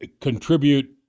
contribute